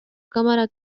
cámara